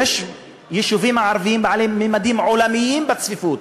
ויש יישובים ערביים בעלי ממדים עולמיים בצפיפות,